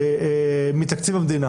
מתקציב המדינה.